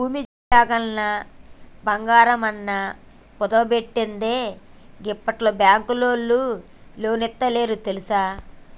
భూమి జాగలన్నా, బంగారమన్నా కుదువబెట్టందే గిప్పట్ల బాంకులోల్లు లోన్లిత్తలేరు తెల్సా